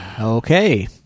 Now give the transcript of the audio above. Okay